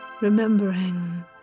Remembering